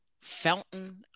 Fountain